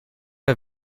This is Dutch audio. een